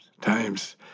times